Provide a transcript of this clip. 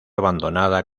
abandonada